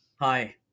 Hi